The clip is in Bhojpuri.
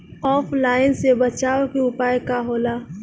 ऑफलाइनसे बचाव के उपाय का होला?